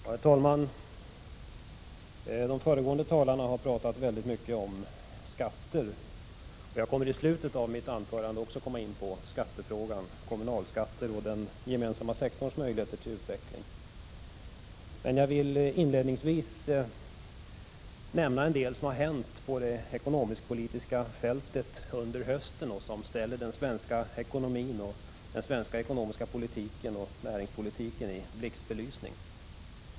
Herr talman! De föregående talarna har talat mycket om skatter. Jag kommer i slutet av mitt anförande också att komma in på skattefrågan, kommunalskatter och den gemensamma sektorns möjligheter till utveckling. Inledningsvis vill jag nämna en del som under hösten har hänt på det ekonomisk-politiska fältet och som ställer den svenska ekonomin, den svenska ekonomiska politiken och näringspolitiken i blixtbelysning.